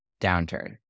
downturn